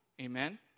Amen